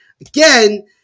again